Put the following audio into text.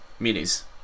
minis